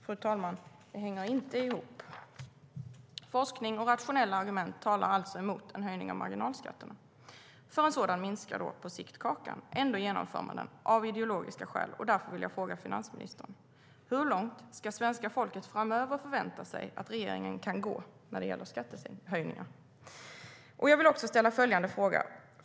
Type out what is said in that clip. Det hänger inte ihop, fru talman. Jag vill också ställa följande fråga.